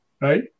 Right